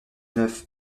neuf